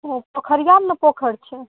ओ पोखरियामे नऽ पोखर छै